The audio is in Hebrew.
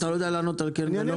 אתה יודע לענות כן או לא?